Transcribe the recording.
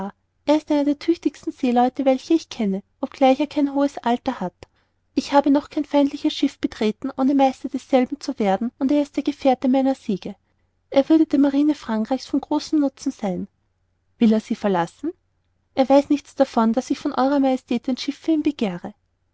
er ist einer der tüchtigsten seeleute welche ich kenne obgleich er kein hohes alter hat ich habe noch kein feindliches schiff betreten ohne meister desselben zu werden und er ist der gefährte meiner siege er würde der marine frankreich's von großem nutzen sein will er sie verlassen er weiß nichts davon daß ich von ew majestät ein schiff für ihn begehre